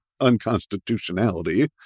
unconstitutionality